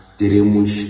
teremos